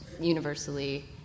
universally